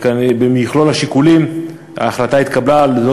ובמכלול השיקולים ההחלטה התקבלה בשל